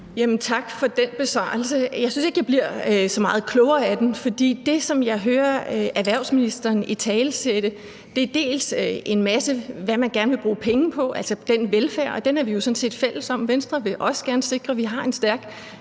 Tak for den besvarelse. Jeg synes ikke, jeg bliver så meget klogere af den, for det, som jeg hører erhvervsministeren italesætte, er dels en masse om, hvad man gerne vil bruge penge på, altså velfærden, og den er vi jo sådan set fælles om, for Venstre vil også gerne sikre, at vi har en stærk